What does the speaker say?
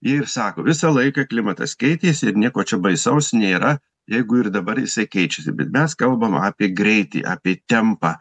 jie ir sako visą laiką klimatas keitėsi ir nieko čia baisaus nėra jeigu ir dabar jisai keičiasi bet mes kalbam apie greitį apie tempą